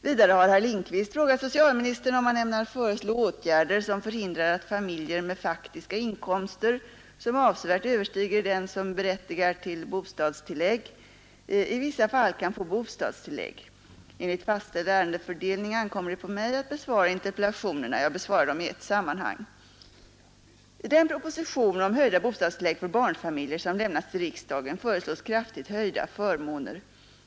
Vidare har herr Lindkvist frågat socialministern om han ämnar föreslå åtgärder som förhindrar att familjer med faktiska inkomster, som avsevärt överstiger den som berättigar till bostadstillägg, i vissa fall kan få bostadstillägg. Enligt fastställd ärendefördelning ankommer det på mig att besvara interpellationerna. Jag besvarar dem i ett sammanhang. I den proposition om höjda bostadstillägg för barnfamiljer som lämnats till riksdagen föreslås kraftigt höjda förmåner.